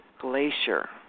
glacier